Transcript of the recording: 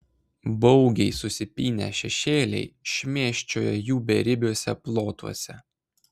baugiai susipynę šešėliai šmėsčioja jų beribiuose plotuose